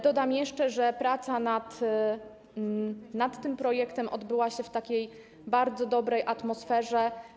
Dodam jeszcze, że praca nad tym projektem odbyła się w bardzo dobrej atmosferze.